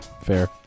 fair